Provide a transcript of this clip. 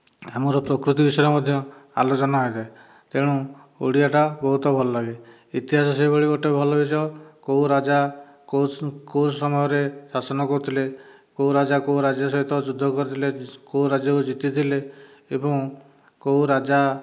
ଆମର ପ୍ରକୃତି ବିଷୟରେ ମଧ୍ୟ ଆଲୋଚନା ହେଇଥାଏ ତେଣୁ ଓଡ଼ିଆଟା ବହୁତ ଭଲ ଲାଗେ ଇତିହାସ ସେହିଭଳି ଗୋଟିଏ ଭଲ ବିଷୟ କେଉଁ ରାଜା କେଉଁ ସମୟରେ ଶାସନ କରୁଥିଲେ କେଉଁ ରାଜା କେଉଁ ରାଜ୍ୟ ସହିତ ଯୁଦ୍ଧ କରିଥିଲେ ରାଜ୍ୟକୁ ଜିତିଥିଲେ ଏବଂ କେଉଁ ରାଜା